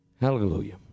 Hallelujah